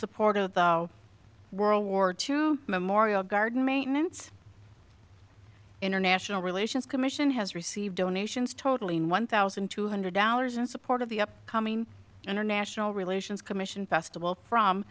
support of the world war two memorial garden maintenance international relations commission has received donations totally in one thousand two hundred dollars in support of the upcoming international relations commission festival from